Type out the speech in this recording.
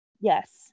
Yes